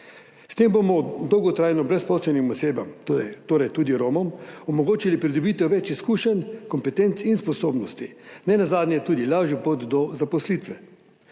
S tem bomo dolgotrajno brezposelnim osebam, torej torej tudi Romom, omogočili pridobitev več izkušenj, kompetenc in sposobnosti, nenazadnje tudi lažjo pot do zaposlitve.